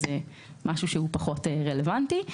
זה משהו פחות רלוונטי.